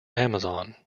amazon